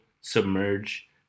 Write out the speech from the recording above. submerge